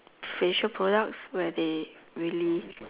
facial products where they really